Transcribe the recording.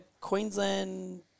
Queensland